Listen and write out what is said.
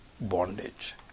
bondage